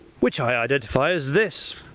which i identify as this.